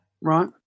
Right